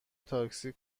تاکسی